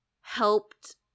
helped